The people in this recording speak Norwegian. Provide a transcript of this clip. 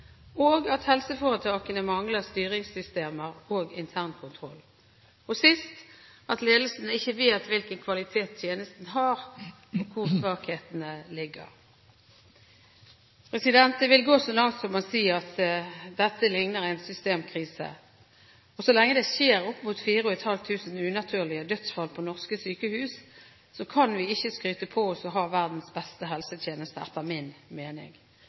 forsvarlig, at helseforetakene mangler styringssystemer og internkontroll, og sist: at ledelsen ikke vet hvilken kvalitet tjenesten har, og hvor svakhetene ligger. Jeg vil gå så langt som å si at dette ligner en systemkrise. Så lenge det skjer opp mot 4 500 unaturlige dødsfall på norske sykehus, kan vi etter min mening ikke skryte på oss å ha verdens beste helsetjeneste.